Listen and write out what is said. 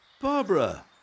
Barbara